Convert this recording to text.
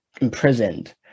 imprisoned